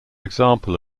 example